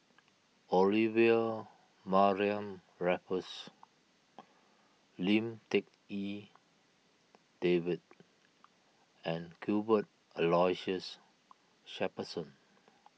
Olivia Mariamne Raffles Lim Tik En David and Cuthbert Aloysius Shepherdson